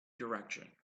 direction